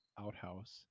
outhouse